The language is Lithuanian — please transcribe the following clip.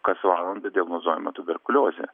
kas valandą diagnozuojama tuberkuliozė